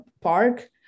park